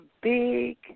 big